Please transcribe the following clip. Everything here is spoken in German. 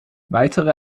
weitere